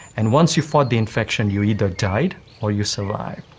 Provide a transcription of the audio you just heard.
and once you fought the infection you either died or you survived.